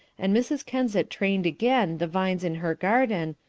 and mrs. kensett trained again the vines in her garden,